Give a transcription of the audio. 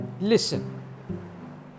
Listen